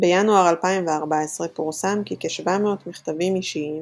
בינואר 2014 פורסם כי כ-700 מכתבים אישיים,